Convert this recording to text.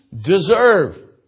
deserve